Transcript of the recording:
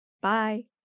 Bye